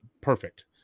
perfect